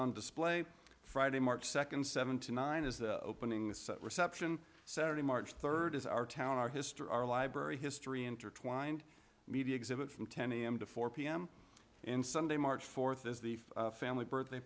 on display friday march second seventy nine is the opening set reception saturday march third is our town our history our library history intertwined media exhibit from ten am to four pm and sunday march fourth is the family birthday